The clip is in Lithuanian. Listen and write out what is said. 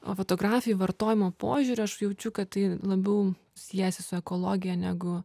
o fotografija vartojimo požiūriu aš jaučiu kad tai labiau siejasi su ekologija negu